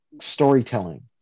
storytelling